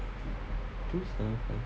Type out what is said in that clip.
two seven five